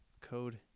code